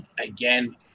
again